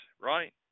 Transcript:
right